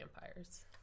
vampires